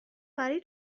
برای